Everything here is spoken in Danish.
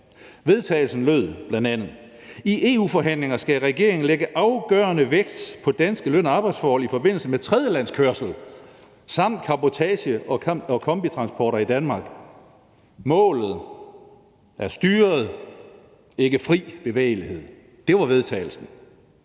Vedtagelsen lød bl.a. »I EU-forhandlinger skal regeringen lægge afgørende vægt på danske løn- og arbejdsforhold i forbindelse med tredjelandskørsel til, samt cabotage- og kombitransporter i Danmark. Målet er styret, ikke fri bevægelighed!«. Det var vedtagelsen,